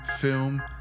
film